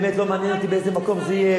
באמת לא מעניין אותי באיזה מקום זה יהיה,